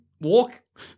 walk